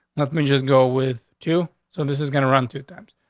let me just go with two. so this is gonna run two times.